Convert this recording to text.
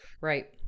right